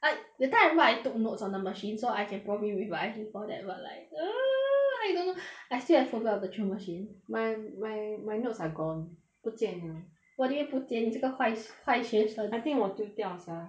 I that time I remember I took notes on the machine so I can probably revise before that but like I don't know I swear I put it on the virtual machine my my my notes are gone 不见了 what do you mean 不见你这个坏坏学生 I think I 丢掉 sia